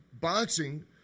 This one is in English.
boxing